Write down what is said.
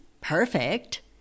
perfect